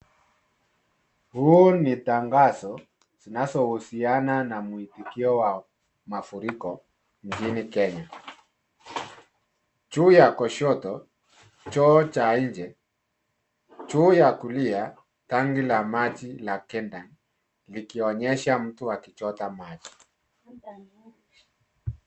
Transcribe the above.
Huu ni tangazo zinazohusiana na mwitikio wa mafuriko nchini Kenya. Juu ya kushoto, choo cha nje, juu ya kulia tangi la maji la Kentank, likionyesha mtu akichota maji.